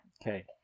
okay